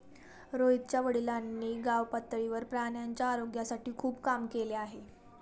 रोहितच्या वडिलांनी गावपातळीवर प्राण्यांच्या आरोग्यासाठी खूप काम केले आहे